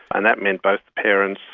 and that meant both parents,